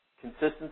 Consistency